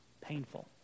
painful